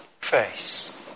face